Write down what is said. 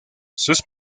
sus